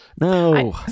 no